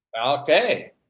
Okay